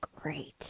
great